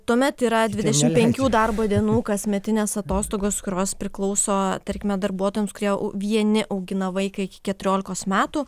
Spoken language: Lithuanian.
tuomet yra dvidešim penkių darbo dienų kasmetinės atostogos kurios priklauso tarkime darbuotojams kurie vieni augina vaiką iki keturiolikos metų